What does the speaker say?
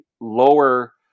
lower